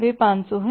वे 500 हैं